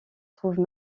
trouvent